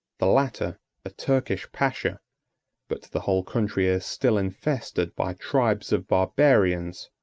the latter a turkish pacha but the whole country is still infested by tribes of barbarians,